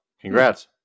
Congrats